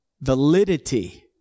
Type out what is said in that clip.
validity